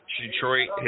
Detroit